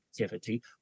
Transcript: activity